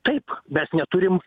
taip mes neturim